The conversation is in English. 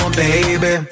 baby